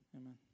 amen